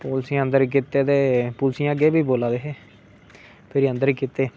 पुलिसियै अंदर कीते ते पुलिसयै अग्गे बी बोल्ला दे हे फिर अंदर कीते